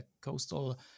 coastal